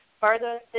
further